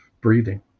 breathing